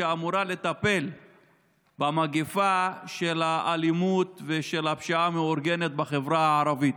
שאמורה לטפל במגפה של האלימות ושל הפשיעה המאורגנת בחברה הערבית.